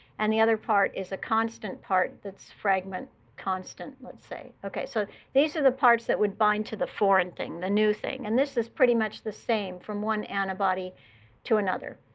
and the other part is a constant part that's fragment constant, let's say. so these are the parts that would bind to the foreign thing, the new thing. and this is pretty much the same from one antibody to another.